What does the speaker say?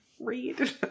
read